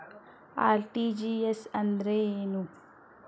RTGS ಅಂದ್ರೇನು?